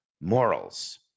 morals